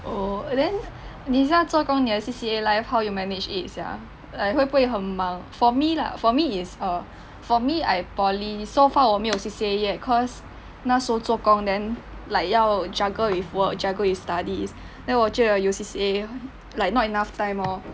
oh then 你现在做工你的 C_C_A life how you manage it sia like 会不会很忙 for me lah for me is err for me I poly so far 我没有 C_C_A yet cause 那时后做工 then like 要 juggle with work juggle with studies then 我觉得有 C_C_A like not enough time lor